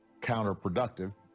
counterproductive